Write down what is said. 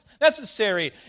necessary